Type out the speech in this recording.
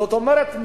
זאת אומרת,